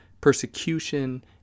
persecution